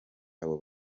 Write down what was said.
abo